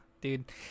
Dude